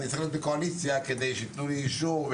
ואני צריך להיות בקואליציה כדי שיתנו לי אישור.